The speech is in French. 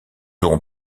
aurons